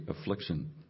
affliction